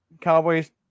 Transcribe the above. Cowboys